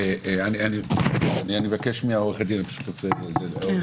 אני מבקש מעורכת הדין להקריא.